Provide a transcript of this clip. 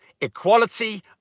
equality